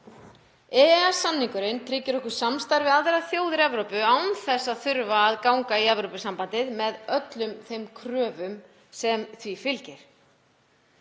EES-samningurinn tryggir okkur samstarf við aðrar þjóðir Evrópu án þess að þurfa að ganga í Evrópusambandið með öllum þeim kröfum sem því fylgir.